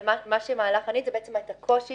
אבל הקושי